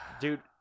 Dude